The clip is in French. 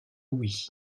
oui